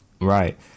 Right